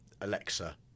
Alexa